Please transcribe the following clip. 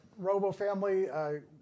RoboFamily